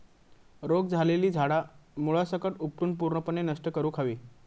रोग झालेली झाडा मुळासकट उपटून पूर्णपणे नष्ट करुक हवी